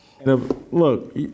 Look